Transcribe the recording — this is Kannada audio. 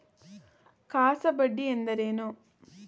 ಕಾಸಾ ಬಡ್ಡಿ ಎಂದರೇನು?